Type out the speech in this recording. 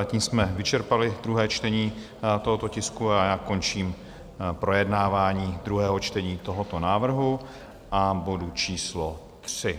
Tím jsme vyčerpali druhé čtení tohoto tisku a já končím projednávání druhého čtení tohoto návrhu a bodu číslo 3.